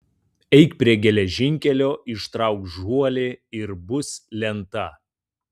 eik prie geležinkelio ištrauk žuolį ir bus lenta